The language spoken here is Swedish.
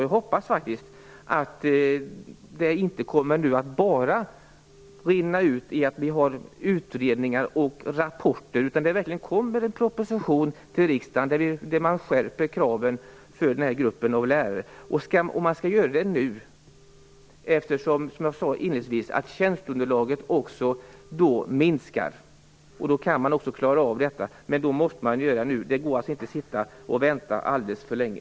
Jag hoppas att det nu inte kommer att rinna ut i utredningar och rapporter utan att det kommer en proposition till riksdagen där man skärper kraven för den här gruppen av lärare. Man skall göra det nu. Tjänstunderlaget kommer då också att minska, som jag sade inledningsvis, och man kan klara av detta. Men det måste man göra nu. Det går inte att sitta och vänta alldeles för länge.